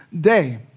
day